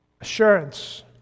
assurance